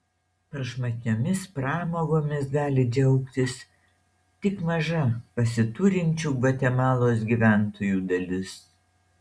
prašmatniomis pramogomis gali džiaugtis tik maža pasiturinčių gvatemalos gyventojų dalis